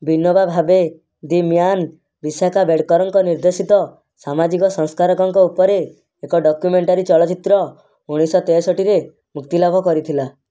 Vinoba Bhave the man Vishakha ବେଡ଼େକରଙ୍କ ନିର୍ଦ୍ଦେଶିତ ସାମାଜିକ ସଂସ୍କାରକଙ୍କ ଉପରେ ଏକ ଡକ୍ୟୁମେଣ୍ଟାରୀ ଚଳଚ୍ଚିତ୍ର ଉଣେଇଶ ଶହ ତେଷଠିରେ ମୁକ୍ତିଲାଭ କରିଥିଲା